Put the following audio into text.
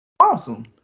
Awesome